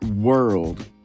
world